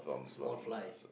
small fly